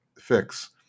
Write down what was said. fix